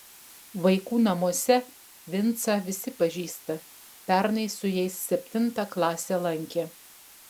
vaikų namuose vincą visi pažįsta pernai su jais septintą klasę lankė